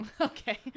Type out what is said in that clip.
Okay